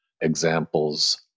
examples